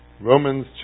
Romans